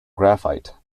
graphite